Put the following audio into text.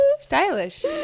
stylish